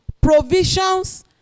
provisions